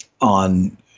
on